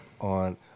on